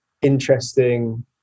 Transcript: Interesting